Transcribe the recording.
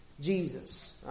Jesus